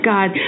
God